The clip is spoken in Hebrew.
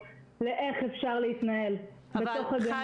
לאיך אפשר להתנהל בתוך הגנים עם הילדים.